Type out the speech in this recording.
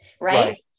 right